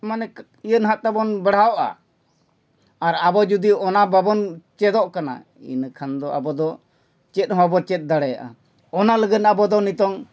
ᱢᱟᱱᱮ ᱤᱭᱟᱹ ᱱᱟᱦᱟᱸᱜ ᱛᱮᱵᱚᱱ ᱵᱟᱲᱟᱣᱚᱜᱼᱟ ᱟᱨ ᱟᱵᱚ ᱡᱩᱫᱤ ᱚᱱᱟ ᱵᱟᱵᱚᱱ ᱪᱮᱫᱚᱜ ᱠᱟᱱᱟ ᱤᱱᱟᱹ ᱠᱷᱟᱱ ᱫᱚ ᱟᱵᱚ ᱫᱚ ᱪᱮᱫ ᱦᱚᱸ ᱵᱟᱵᱚᱱ ᱪᱮᱫ ᱫᱟᱲᱮᱭᱟᱜᱼᱟ ᱚᱱᱟ ᱞᱟᱹᱜᱤᱫ ᱟᱵᱚᱫᱚ ᱱᱤᱛᱚᱝ